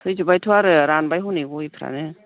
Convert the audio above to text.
थैजोब्बायथ' आरो रानबाय हनै गयफोरानो